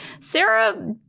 Sarah